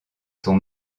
son